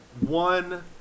one